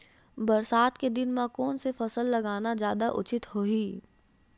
बरसात के दिन म कोन से फसल लगाना जादा उचित होही?